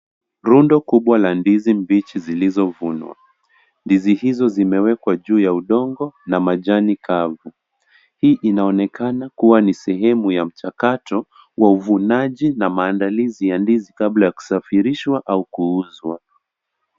Rundo kubwa la ndizi mbichi zilizovunwa, ndizi hizo zimewekwa juu ya udongo na machani kavu, hii inaonekana kuwa sehemu ya mchakato wa uvunaji na maandalizi kabla ya kusafirishwa au kuuzwa.